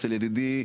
אצל ידידי,